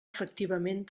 efectivament